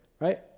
right